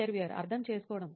interviewer అర్థం చేసుకోవడం